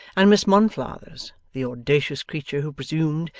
and miss monflathers, the audacious creature who presumed,